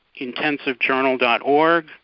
intensivejournal.org